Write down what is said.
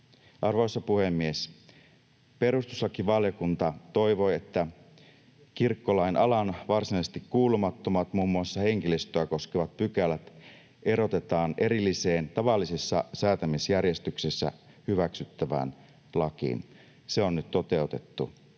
Arvoisa puhemies! Perustuslakivaliokunta toivoi, että kirkkolain alaan varsinaisesti kuulumattomat, muun muassa henkilöstöä koskevat pykälät erotetaan erilliseen, tavallisessa säätämisjärjestyksessä hyväksyttävään lakiin. Se on nyt toteutettu.